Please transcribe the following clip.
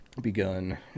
begun